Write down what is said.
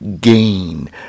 gain